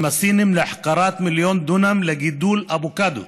הסינים להחכרת מיליון דונם לגידול אבוקדו.